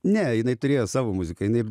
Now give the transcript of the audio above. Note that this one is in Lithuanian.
ne jinai turėjo savo muziką jinai